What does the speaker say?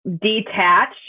detach